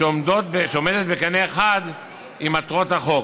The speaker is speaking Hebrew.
שעולות בקנה אחד עם מטרות החוק.